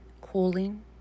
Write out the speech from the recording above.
cooling